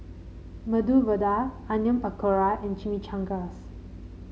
Medu Vada Onion Pakora and Chimichangas